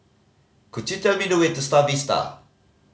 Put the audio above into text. could you tell me the way to Star Vista